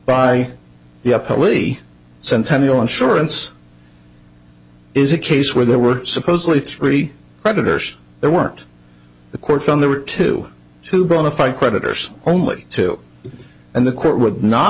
a poly centennial insurance is a case where there were supposedly three predators there weren't the court found there were two two bonafide predators only two and the court would not